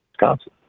Wisconsin